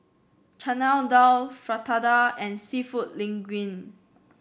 Chana Dal Fritada and seafood Linguine